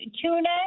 Tuna